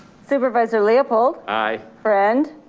supervisor leopold, aye. friend,